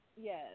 Yes